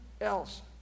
else